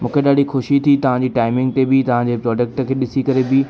मूंखे ॾाढी ख़ुशी थी तव्हां जी टाइमिंग ते बि तव्हां जे प्रोडक्ट खे ॾिसी करे बि